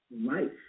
life